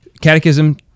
catechism